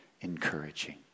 encouraging